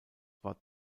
war